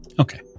Okay